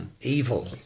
evil